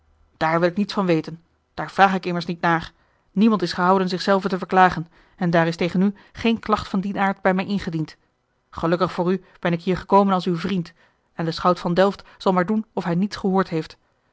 daar wil ik niets van weten daar vraag ik immers niet naar niemand is gehouden zich zelven te verklagen en daar is tegen u geene klacht van dien aard bij mij ingediend gelukkig voor u ben ik hier gekomen als uw vriend en de schout van delft zal maar doen of hij niets gehoord heeft